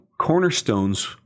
cornerstones